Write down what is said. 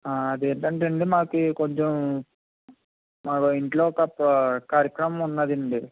అదేంటంటే అండి మాకు కొంచెం మాకు ఇంట్లో ఒక కార్యక్రమం ఉన్నాదండి